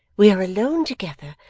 we are alone together,